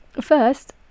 First